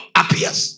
appears